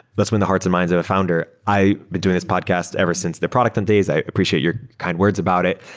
that's when the hearts and minds of a founder. i've been doing this podcast ever since the product and days. i appreciate your kind words about it.